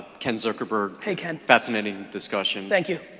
ken zuckerberg. hey, ken. fascinating discussion. thank you.